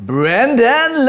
Brandon